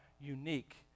unique